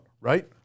right